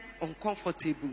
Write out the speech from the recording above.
uncomfortable